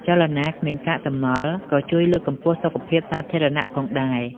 ចលនាគ្មានកាកសំណល់ក៏ជួយលើកកម្ពស់សុខភាពសាធារណៈផងដែរ។